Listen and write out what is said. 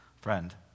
friend